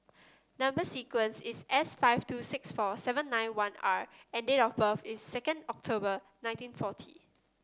number sequence is S five two six four seven nine one R and date of birth is second October nineteen forty